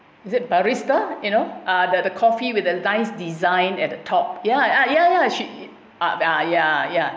is it barista you know uh the the coffee with nice design at the top ya ya ya she uh ya ya ya